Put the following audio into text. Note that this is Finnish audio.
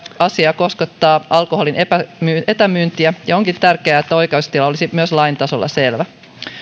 asia koskettaa alkoholin etämyyntiä ja onkin tärkeää että oikeustila olisi myös lain tasolla selvä